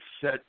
set